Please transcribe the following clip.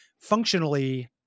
functionally